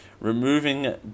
removing